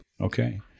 Okay